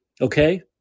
Okay